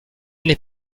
n’est